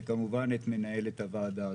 וכמובן את מנהלת הוועדה.